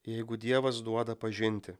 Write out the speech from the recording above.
jeigu dievas duoda pažinti